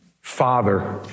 father